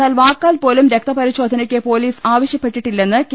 എന്നാൽ വാക്കാൽപോലും രക്തപരിശോധനക്ക് പൊലീസ് ആവശ്യപ്പെട്ടിട്ടില്ലെന്ന് കെ